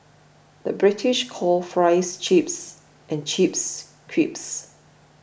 the British calls Fries Chips and Chips Crisps